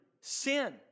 sin